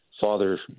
father